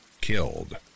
killed